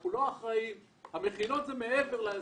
הם לא אחראים על המכינות, זה מעבר לגיל.